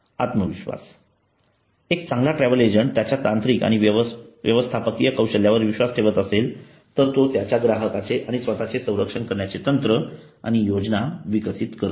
आत्मविश्वास एक चांगला ट्रॅव्हल एजंट त्याच्या तांत्रिक आणि व्यवस्थापकीय कौशल्यावर विश्वास ठेवत असेल तर तो त्याच्या ग्राहकाचे आणि स्वतःचे संरक्षण करण्याचे तंत्र आणि योजना विकसित करतो